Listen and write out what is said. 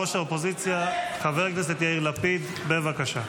ראש האופוזיציה חבר הכנסת יאיר לפיד, בבקשה.